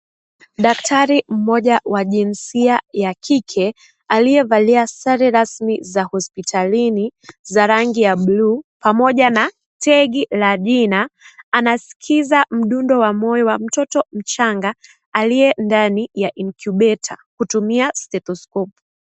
Daktari mmoja wa jinsia ya kike aliyevalia sare rasmi za hospitalini za rabgi ya bluu pamoja na tegi la jina anaskiza mdundo wa moyo wa mtoto mchanga aliye ndani ya incubator kutumia stethoskopu.